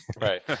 Right